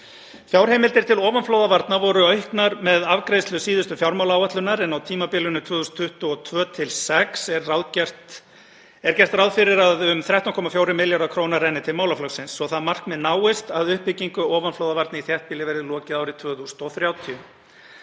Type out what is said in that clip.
Fjárheimildir til ofanflóðavarna voru auknar með afgreiðslu síðustu fjármálaáætlunar en á tímabilinu 2022–2026 er gert ráð fyrir að um 13,4 milljarðar kr. renni til málaflokksins svo það markmið náist að uppbyggingu ofanflóðavarna í þéttbýli verið lokið árið 2030.